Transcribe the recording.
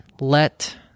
let